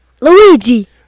Luigi